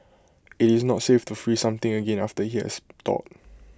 IT is not safe to freeze something again after IT has thawed